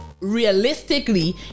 realistically